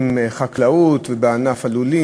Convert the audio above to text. עם חקלאות, ובענף הלולים